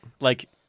Like-